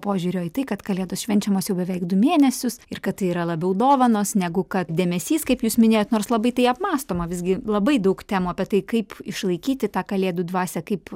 požiūrio į tai kad kalėdos švenčiamos jau beveik du mėnesius ir kad tai yra labiau dovanos negu kad dėmesys kaip jūs minėjot nors labai tai apmąstoma visgi labai daug temų apie tai kaip išlaikyti tą kalėdų dvasią kaip